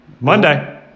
Monday